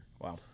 Wow